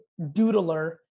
doodler